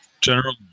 General